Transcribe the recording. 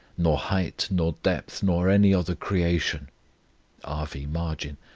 nor height, nor depth, nor any other creation r v. margin,